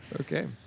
Okay